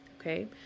okay